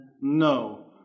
No